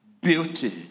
beauty